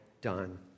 done